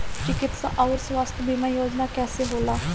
चिकित्सा आऊर स्वास्थ्य बीमा योजना कैसे होला?